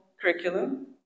curriculum